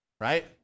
right